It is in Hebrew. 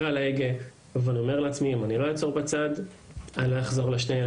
על ההגה ואני אומר לעצמי 'אם אני לא אעצור בצד אני לא אחזור לאשתי,